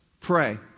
Pray